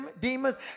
demons